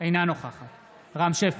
אינה נוכחת רם שפע,